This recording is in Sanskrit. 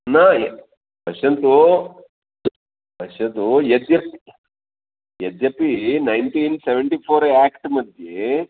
न पश्यन्तु पश्यन्तु यद्यद् यद्यपि नैन्टीन् सेवेन्टि फ़र् एक्ट्मध्ये